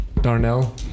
Darnell